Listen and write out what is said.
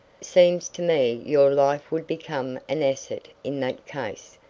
seems to me your life would become an asset in that case.